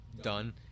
done